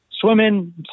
Swimming